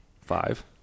five